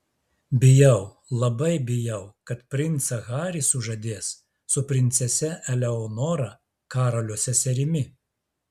bijau labai bijau kad princą harį sužadės su princese eleonora karolio seserimi